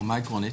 ברמה העקרונית